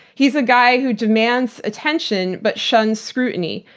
he's a guy who demands attention, but shuns scrutiny.